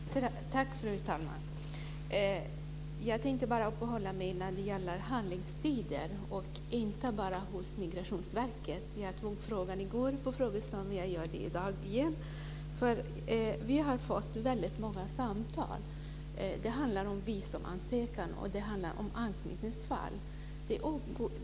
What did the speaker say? Fru talman! Jag tänkte uppehålla mig vid handläggningstiderna, inte bara hos Migrationsverket. Jag tog upp frågan vid frågestunden i går, och jag gör det i dag igen. Vi har fått väldigt många samtal som handlar om visumansökan och anknytningsfall.